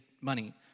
money